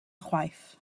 chwaith